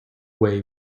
way